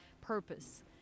purpose